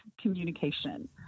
communication